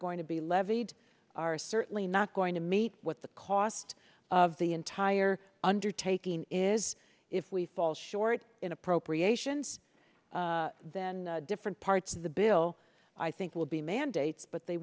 going to be levied are certainly not going to meet what the cost of the entire undertaking is if we fall short in appropriations then different parts of the bill i think will be mandates but they